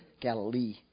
Galilee